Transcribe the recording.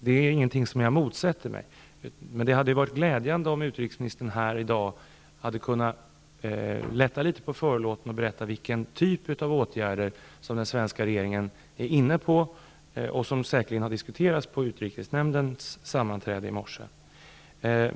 Det är ingenting som jag motsätter mig, men det hade ju varit glädjande om utrikesministern här i dag hade kunnat lätta litet på förlåten och berätta vilken typ av åtgärder som den svenska regeringen är inne på och som säkerligen har diskuterats på utrikesnämndens sammanträde i morse.